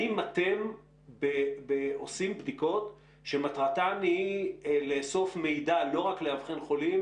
האם אתם עושים בדיקות שמטרתן היא לא רק לאבחן חולים